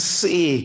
see